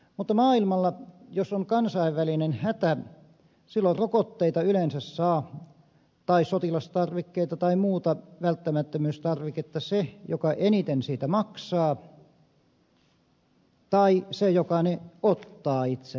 mutta maailmalla jos on kansainvälinen hätä silloin rokotteita yleensä saa tai sotilastarvikkeita tai muuta välttämättömyystarviketta se joka eniten siitä maksaa tai se joka ne ottaa itselleen